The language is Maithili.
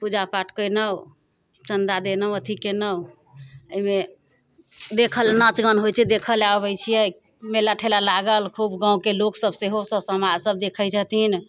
पूजापाठ केनहुँ चन्दा देनहुँ अथी केनहुँ अइमे देखऽ नाच गान होइ छै देखऽ लेल अबै छियै मेला ठेला लागल खूब गाँवके लोक सभ सेहो सभ समाज सभ देखै छथिन